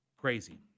Crazy